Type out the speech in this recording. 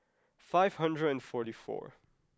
five hundred and forty four